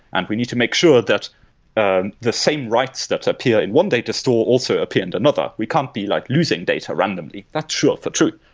and we need to make sure that and the same writes that appear in one data store also appear in and another. we can't be like losing data randomly. that's sure for truth.